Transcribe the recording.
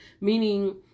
Meaning